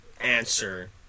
answer